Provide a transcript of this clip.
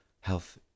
health